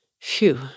Phew